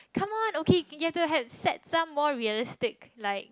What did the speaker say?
come on okay you've to had set some more realistic like